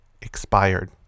expired